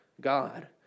God